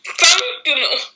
functional